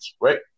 Right